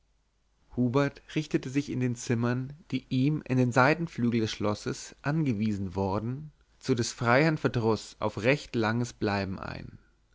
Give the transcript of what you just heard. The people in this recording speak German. hubert richtete sich in den zimmern die ihm in den seitenflügeln des schlosses angewiesen worden zu des freiherrn verdruß auf recht langes bleiben ein